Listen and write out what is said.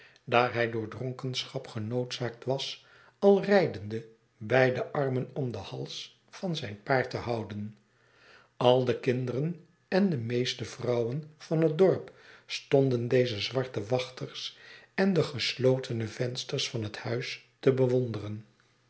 hij door dronkenschap genoodzaakt was al rijdende beide armen om den hals van zijn paard te houden al de kinderen en de meeste vrouwen van het dorp stonden deze zwarte wachters en de geslotene vensters van het huis te bewonderen